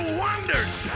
wonders